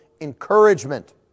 encouragement